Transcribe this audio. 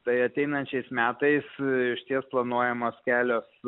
tai ateinančiais metais išties planuojamos kelios